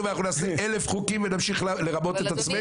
ואנחנו נעשה אלף חוקים ונמשיך לרמות את עצמנו?